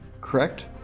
correct